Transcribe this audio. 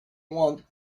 want